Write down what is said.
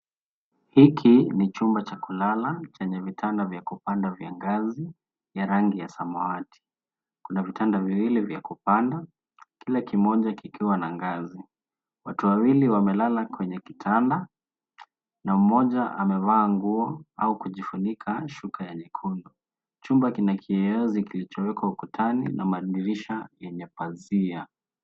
Hiki ni chumba cha kulala chenye vitanda vya kupanda vya ngazi ya rangi ya samawati. Kuna vitanda viwili vya kupanda kila kimoja kikiwa na ngazi. Watu wawili wamelala kwenye kitanda na mmoja amevaa nguo au kujifunika shuka ya nyekundu. Chumba kina kioo kilichowekwa ukutani na madirisha yenye pazia.